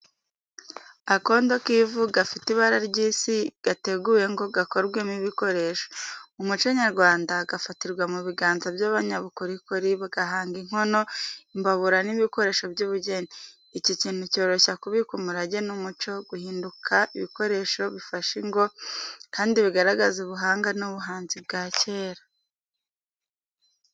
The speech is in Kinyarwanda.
Akondo k’ivu gafite ibara ry’isi gateguwe ngo gakorwemo ibikoresho. Mu muco nyarwanda, gafatirwa mu biganza by’abanyabukorikori bagahanga inkono, imbabura n’ibikoresho by’ubugeni. Iki kintu cyoroshya kubika umurage n’umuco, gihinduka ibikoresho bifasha ingo, kandi bigaragaza ubuhanga n’ubuhanzi bwa kera.